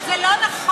לא, זה לא נכון.